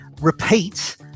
repeat